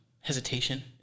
hesitation